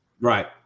right